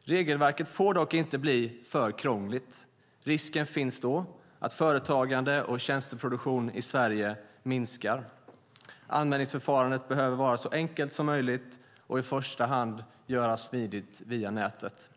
Regelverket får dock inte bli för krångligt. Risken finns då att företagande och tjänsteproduktion i Sverige minskar. Anmälningsförfarandet behöver vara så enkelt som möjligt och i första hand göras smidigt via nätet.